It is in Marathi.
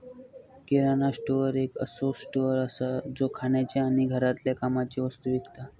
किराणा स्टोअर एक असो स्टोअर असा जो खाण्याचे आणि घरातल्या कामाचे वस्तु विकता